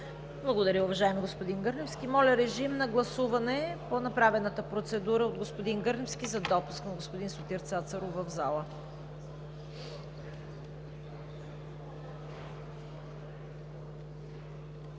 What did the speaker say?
Благодаря, господин Гърневски. Моля, режим на гласуване по направената процедура от господин Гърневски за допуск на господин Сотир Цацаров в залата.